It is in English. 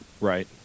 Right